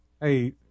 Hey